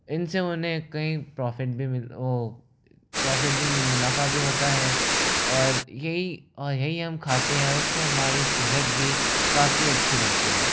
इनसे उन्हें कई प्रॉफ़िट भी मिल प्रॉफ़िट भी मुनाफ़ा भी होता है और यही और यही हम खाते हैं इससे हमारी सेहत भी काफ़ी अच्छी बनती है